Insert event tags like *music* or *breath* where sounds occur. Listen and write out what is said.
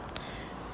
*breath*